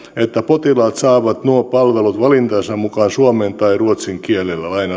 että potilaat saavat nuo palvelut valintansa mukaan suomen tai ruotsin kielellä joka väittää että tällä